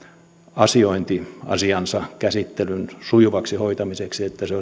asioinnista asiansa käsittelyn sujuvasti hoitamiseksi niin että se olisi